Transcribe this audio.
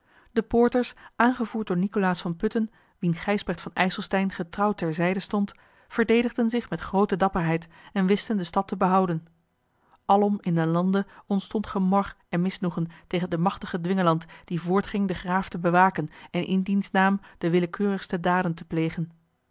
de poorters aangevoerd door nicolaas van putten wien gijsbrecht van ijselstein getrouw ter zijde stond verdedigden zich met groote dapperheid en wisten de stad te behouden alom in den lande ontstond gemor en misnoegen tegen den machtigen dwingeland die voortging den graaf te bewaken en in diens naam de willekeurigste daden te plegen